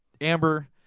Amber